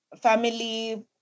family